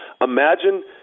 imagine